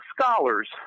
scholars